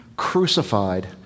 crucified